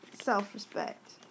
self-respect